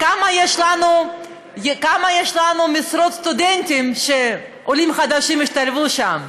כמה משרות סטודנטים שעולים חדשים השתלבו בהן